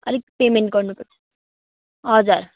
अलिक पेमेन्ट गर्नुपर्छ हजुर